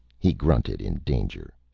he grunted. in danger,